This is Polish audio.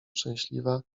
szczęśliwa